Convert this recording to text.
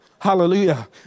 Hallelujah